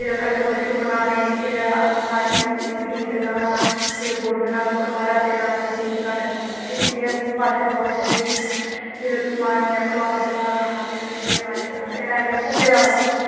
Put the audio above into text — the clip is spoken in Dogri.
फिर कट्टु बच्छु बनाने फिर सारियें गीत गाना फिर बोलना कोई बारां तेरां बारी गीत गाना पौंदा ओह् फिर एह् बच्छ दुआह पूजदियां नै फिर उत्थुंआं आह्नियैं फुलार शुलार खाना फिर एह् बच्छ दुआह फिर आईया भुग्गे दा बर्त